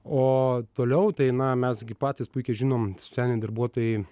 o toliau tai na mes gi patys puikiai žinom socialiniai darbuotojai